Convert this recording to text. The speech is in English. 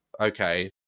okay